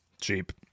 Cheap